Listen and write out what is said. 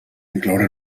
incloure